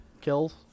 kills